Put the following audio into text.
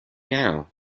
now